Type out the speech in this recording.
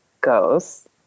goes